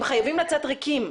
הם חייבים לצאת ריקים.